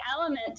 element